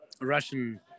Russian